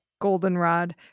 goldenrod